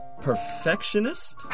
Perfectionist